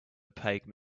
opaque